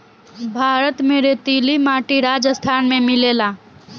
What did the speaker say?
भारत में रेतीली माटी राजस्थान में मिलेला